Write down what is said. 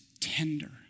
tender